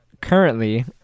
currently